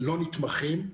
שלא נתמכים,